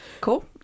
cool